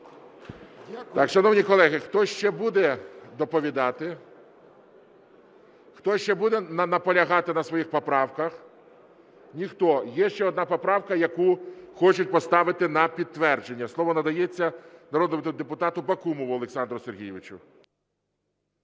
Шановні колеги, хтось ще буде доповідати? Хтось ще буде наполягати на своїх поправках? Ніхто. Є ще одна поправка, яку хочуть поставити на підтвердження. Слово надається народному депутату Бакумову Олександру Сергійовичу.